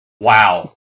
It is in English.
Wow